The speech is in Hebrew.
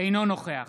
אינו נוכח